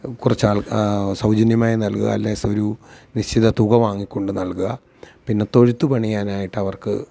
കുറച്ചു ആള് സൗജന്യമായി നല്കുക അല്ലേ സ്വരൂ നിശ്ചിത തുക വാങ്ങിക്കൊണ്ടു നല്കുക പിന്നെ തൊഴുത്ത് പണിയാനായിട്ട് അവര്ക്ക്